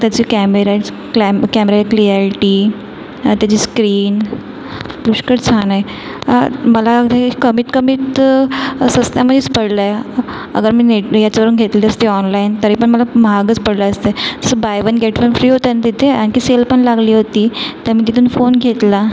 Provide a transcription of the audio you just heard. त्याचे कॅमेराईज् क्लॅम कॅमरे क्लिअॅल्टी त्याची स्क्रीन पुष्कळ छान आहे मला व्हे कमीतकमीत स्वस्तामध्येच पडलाय हा अगर मी नेट याच्यावरून घेतली असती ऑनलाईन तरी पण मला महागच पडलं असतं असं buy one get one free होतं न तिथे आणखी सेल पण लागली होती तर मी तिथून फोन घेतला